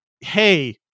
hey